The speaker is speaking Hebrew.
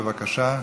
בבקשה.